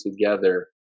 together